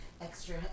extra